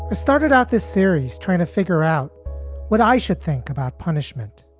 ah started out this series trying to figure out what i should think about punishment.